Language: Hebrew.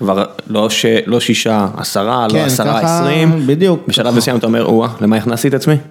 ‫כבר לא שישה, עשרה, ‫לא עשרה עשרים... ‫-ככה, בדיוק. ‫בשלב מסוים אתה אומר, ‫אה, למה הכנסתי את עצמי?